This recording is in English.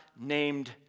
named